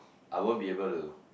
I won't be able to